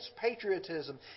patriotism